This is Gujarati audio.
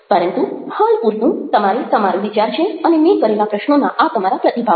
પરંતુ હાલ પૂરતું તમારે તમારો વિચાર છે અને મેં કરેલા પ્રશ્નોના આ તમારા પ્રતિભાવો છે